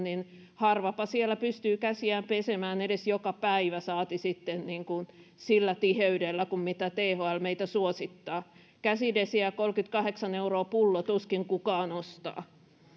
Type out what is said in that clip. katsoen suljettu harvapa siellä pystyy käsiään pesemään edes joka päivä saati sitten sillä tiheydellä kuin mitä thl meitä suosittaa käsidesiä kolmekymmentäkahdeksan euroa pullo tuskin kukaan ostaa